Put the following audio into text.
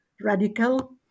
radical